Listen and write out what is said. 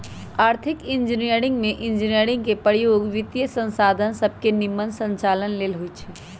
आर्थिक इंजीनियरिंग में इंजीनियरिंग के प्रयोग वित्तीयसंसाधन सभके के निम्मन संचालन लेल होइ छै